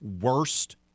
worst